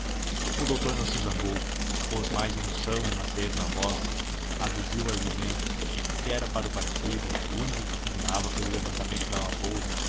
o doutor não se zangou pôs mais unção e macieza na voz aduziu argumentos que era para o partido o único que pugnava pelo levantamento da lavoura